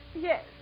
Yes